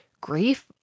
grief